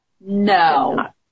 No